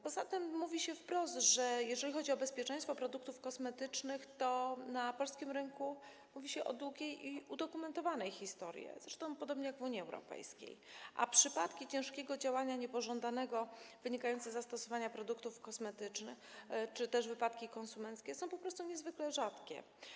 Poza tym mówi się wprost, że jeżeli chodzi o bezpieczeństwo produktów kosmetycznych, to na polskim rynku mówi się o długiej i udokumentowanej historii, zresztą podobnie jak w Unii Europejskiej, a przypadki ciężkiego działania niepożądanego wynikającego z zastosowania produktów kosmetycznych czy też wypadki konsumenckie są po prostu niezwykle rzadkie.